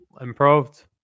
improved